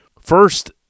first